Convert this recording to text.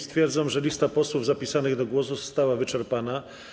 Stwierdzam, że lista posłów zapisanych do głosu została wyczerpana.